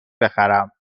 بخرم